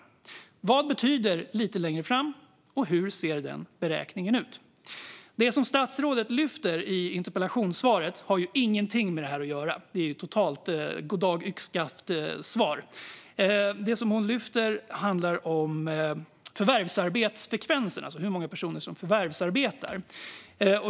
Jag vill också fråga statsrådet: Vad betyder "lite längre fram", och hur ser den beräkningen ut? Det som statsrådet lyfter i interpellationssvaret har ju ingenting med det här att göra - det är ju verkligen ett goddag yxskaft-svar. Det som hon lyfter handlar om förvärvsarbetsfrekvensen, alltså om hur många personer som förvärvsarbetar.